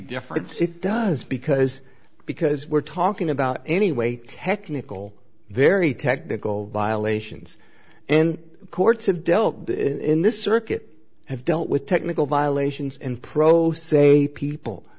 difference it does because because we're talking about anyway technical very technical violations and courts have dealt in this circuit have dealt with technical violations and pro se people